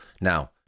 Now